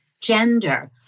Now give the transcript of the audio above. gender